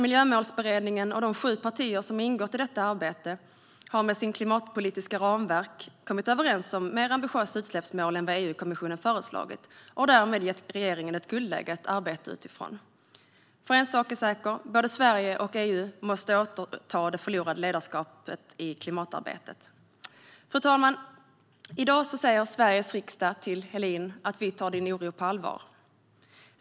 Miljömålsberedningen och de sju partier som ingått i detta arbete har med sitt klimatpolitiska ramverk kommit överens om mer ambitiösa utsläppsmål än vad EU-kommissionen föreslagit. Därmed har man gett regeringen ett guldläge att arbeta utifrån. En sak är säker: Både Sverige och EU måste återta det förlorade ledarskapet i klimatarbetet. Fru talman! I dag säger Sveriges riksdag till Helin: Vi tar din oro på allvar!